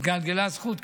התגלגלה הזכות,